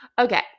Okay